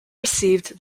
received